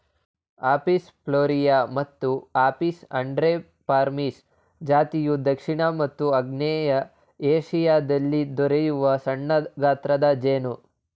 Apis florea ಮತ್ತು Apis andreniformis ಜಾತಿಯು ದಕ್ಷಿಣ ಮತ್ತು ಆಗ್ನೇಯ ಏಶಿಯಾದಲ್ಲಿ ದೊರೆಯುವ ಸಣ್ಣಗಾತ್ರದ ಜೇನು